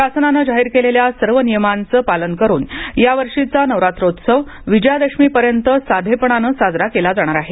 शासनाने जाहीर केलेल्या सर्व नियमांचे पालन करून या वर्षीचा नवरात्रौत्सव विजयादशमीपर्यंत साधेपणाने साजरा केला जाणार आहे